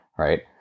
Right